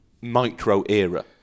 micro-era